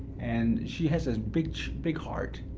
and she has has big big heart.